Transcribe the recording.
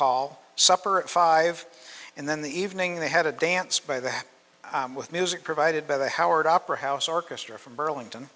hall supper at five and then the evening they had a dance by the with music provided by the howard opera house orchestra from burlington